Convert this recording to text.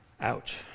Ouch